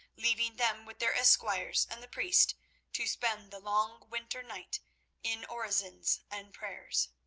leaving them with their esquires and the priest to spend the long winter night in orisons and prayers.